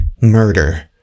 murder